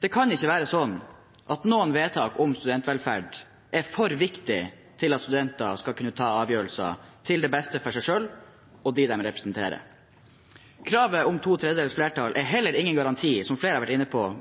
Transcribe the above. Det kan ikke være sånn at noen vedtak om studentvelferd er for viktige til at studentene skal kunne ta avgjørelser til beste for seg selv og dem de representerer. Kravet om to tredjedels flertall er heller ingen garanti